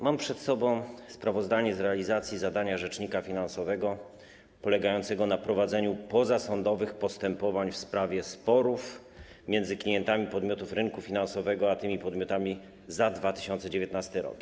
Mam przed sobą sprawozdanie z realizacji zadania rzecznika finansowego polegającego na prowadzeniu pozasądowych postępowań w sprawie sporów między klientami podmiotów rynku finansowego a tymi podmiotami w 2019 r.